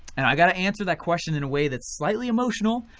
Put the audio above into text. and i gotta answer that question in a way that's slightly emotional,